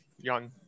young